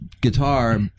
guitar